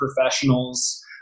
professionals